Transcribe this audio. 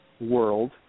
world